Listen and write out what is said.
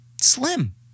Slim